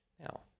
Now